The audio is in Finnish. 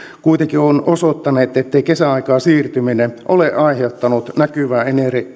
kuitenkin ovat osoittaneet ettei kesäaikaan siirtyminen ole aiheuttanut näkyvää